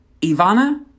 Ivana